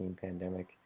pandemic